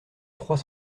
trois